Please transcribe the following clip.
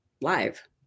live